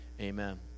amen